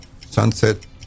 sunset